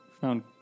found